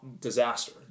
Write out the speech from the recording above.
disaster